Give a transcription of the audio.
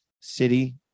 city